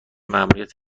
ماموریت